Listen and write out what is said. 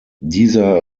dieser